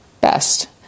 best